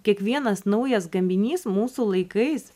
kiekvienas naujas gaminys mūsų laikais